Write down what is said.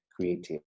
creative